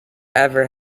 ever